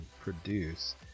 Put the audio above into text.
produce